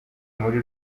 muri